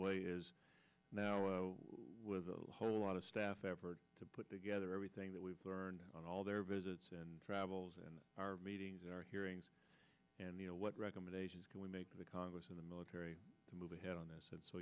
way is now with the whole lot of staff effort to put together everything that we've learned on all their visits and travels and our meetings our hearings and what recommendations can we make the congress and the military to move ahead on this and